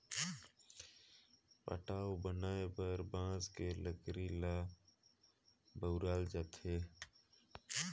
पटाव बनाये बर बांस के लकरी ल बउरल जाथे